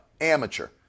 Amateur